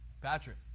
Patrick